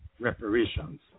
reparations